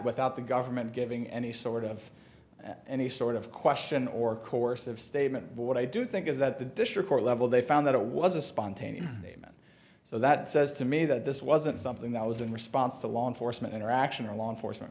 without the government giving any sort of any sort of question or course of statement but what i do think is that the district court level they found that it was a spontaneous statement so that says to me that this wasn't something that was in response to law enforcement interaction or law enforcement